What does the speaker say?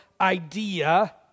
idea